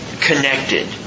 connected